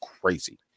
crazy